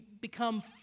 become